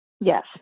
Yes